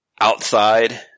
Outside